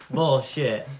Bullshit